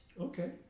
Okay